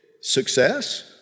success